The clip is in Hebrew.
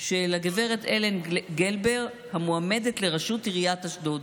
של גב' הלן גלבר, המועמדת לראשות עיריית אשדוד.